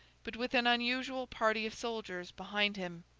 but with an unusual party of soldiers behind him.